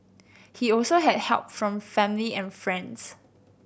he also had help from family and friends